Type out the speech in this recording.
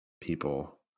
people